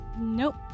nope